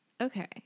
Okay